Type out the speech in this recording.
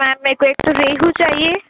میم میرے کو ایک تو ریہو چاہیے